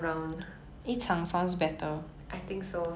I think still too early to say that ya